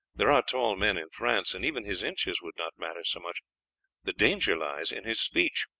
there are tall men in france, and even his inches would not matter so much the danger lies in his speech.